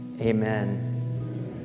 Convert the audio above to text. Amen